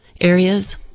areas